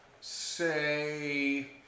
Say